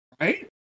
Right